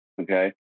okay